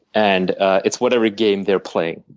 and it's whatever game they're playing.